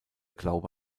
glaube